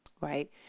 right